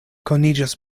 koniĝas